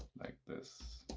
like this.